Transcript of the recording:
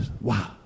Wow